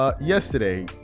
Yesterday